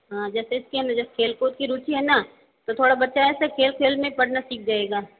हाँ जैसे इसके अंदर जैसे खेल कूद की रुचि है ना तो थोड़ा बच्चा ऐसे खेल खेल में पढ़ना सीख जाएगा